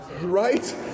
right